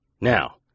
Now